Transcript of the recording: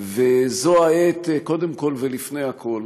זו העת, קודם כול ולפני הכול,